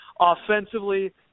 Offensively